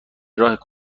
راه